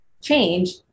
change